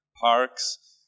parks